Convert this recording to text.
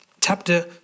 chapter